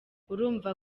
urumva